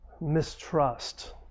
mistrust